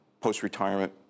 post-retirement